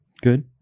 Good